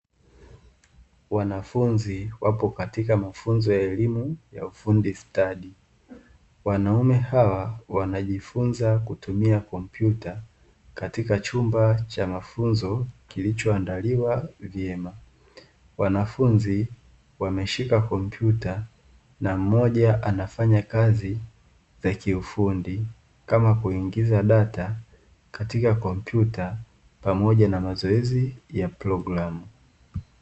Wanafunzi wapo katika mafunzo ya elimu ya ufundi stadi wanaume hawa wanajifunza kutumia kompyuta katika chumba cha mafunzo kilichoandaliwa kwa ajili ya, wanafunzi wameshika kompyuta na mmoja anafanya kazi za kiufundi kama kuingiza data katika kompyuta pamoja na mazoezi ya programu.